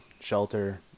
shelter